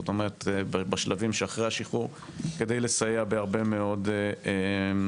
זאת אומרת בשלבים שאחרי השחרור כדי לסייע בהרבה מאוד בעיות